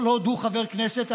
כל עוד הוא חבר כנסת,